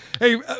Hey